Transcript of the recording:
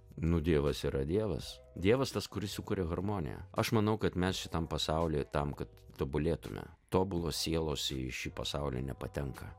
nu dievas yra dievas dievas tas kuris sukuria harmoniją aš manau kad mes šitam pasauly tam kad tobulėtume tobulos sielos į šį pasaulį nepatenka